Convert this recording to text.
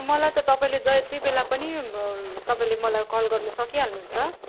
मलाई त तपाईँले जति बेला पनि तपाईँले मलाई कल गर्नु सकिहाल्नुहुन्छ